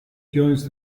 joins